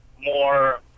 more